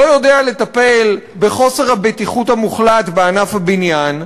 לא יודע לטפל בחוסר הבטיחות המוחלט בענף הבניין.